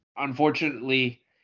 Unfortunately